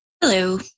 Hello